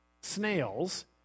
snails